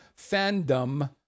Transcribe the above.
fandom